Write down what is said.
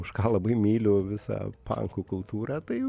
už ką labai myliu visą pankų kultūrą tai